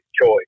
choice